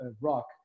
rock